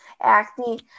acne